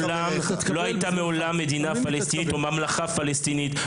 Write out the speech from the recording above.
מעולם מדינה פלסטינית או ממלכה פלסטינית,